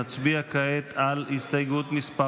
נצביע כעת על הסתייגות מס'